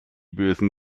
bösen